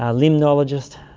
ah limnologist,